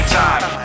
time